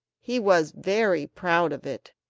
he was very proud of it,